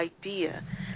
idea